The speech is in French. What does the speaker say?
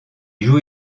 joue